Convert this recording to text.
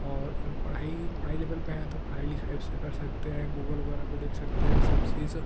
और पढ़ाई पढ़ाई लेवल पर हैं तो पढ़ाई लिखाई उससे कर सकते हैं गूगल वगैरह पर देख सकते हैं सब चीज़